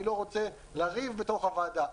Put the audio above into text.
אני לא רוצה לריב בתוך הוועדה.